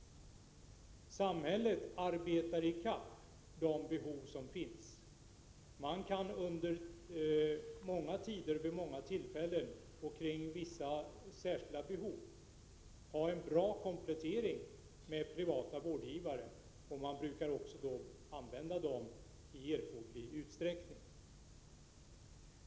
Samhället arbetar i kapp de behov som finns, och kan under långa tider, vid många tillfällen och vid vissa särskilda behov få en bra komplettering via privata vårdgivare, och den möjligheten används också i erforderlig utsträckning.